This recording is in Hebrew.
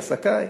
לעסקי.